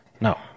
No